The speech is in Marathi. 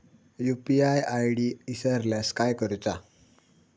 यू.पी.आय आय.डी इसरल्यास काय करुचा?